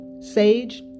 sage